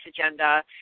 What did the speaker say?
agenda